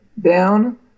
down